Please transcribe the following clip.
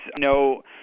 no –